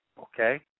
Okay